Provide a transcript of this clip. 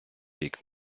рік